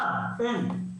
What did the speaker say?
אחד אין.